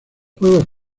juegos